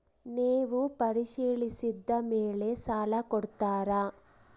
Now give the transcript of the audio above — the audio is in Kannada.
ನೇವು ಪರಿಶೇಲಿಸಿದ ಮೇಲೆ ಸಾಲ ಕೊಡ್ತೇರಾ?